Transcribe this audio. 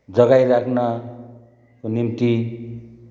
जगाइराख्नको निम्ति